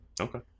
Okay